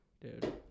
Dude